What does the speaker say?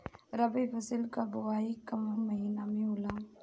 रबी फसल क बुवाई कवना महीना में होला?